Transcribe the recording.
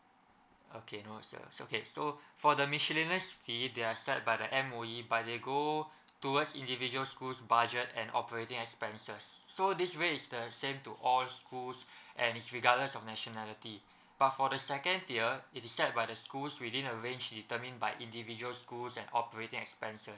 okay no sir its okay so for the miscellaneous fee that are set by the M_O_E but they go towards individual schools budget and operating expenses so this rate is the same to all schools and it's regardless of nationality but for the second tier it is set by the schools within the range determined by individual schools and operating expenses